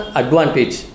advantage